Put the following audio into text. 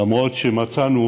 למרות שמצאנו